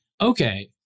okay